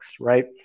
right